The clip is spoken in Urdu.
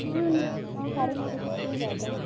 جی نو ساڑھے نو بجے کھل جاتا ہے